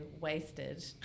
wasted